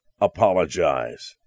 apologize